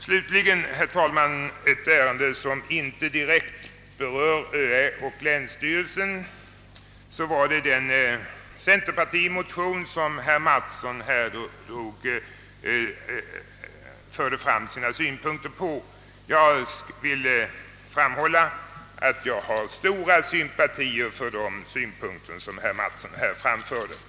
Slutligen vill jag med några ord beröra en motion som inte direkt gäller överståthållarämbetet och länsstyrelsen, nämligen den centerpartimotion som herr Mattsson förde fram sina synpunkter på. Jag vill framhålla att jag har stora sympatier för de synpunkter som herr Mattsson här anförde.